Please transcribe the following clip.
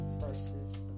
versus